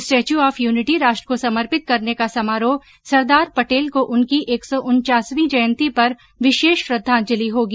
statue of unity राष्ट्र को समर्पित करने का समारोह सरदारपटेल को उनकी एक सौ उनचासवीं जयंती पर विशेष श्रद्धांजलि होगी